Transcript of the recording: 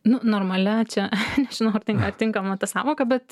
nu normalia čia nežinau ar ar tinkama ta sąvoka bet